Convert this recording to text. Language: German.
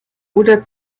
oder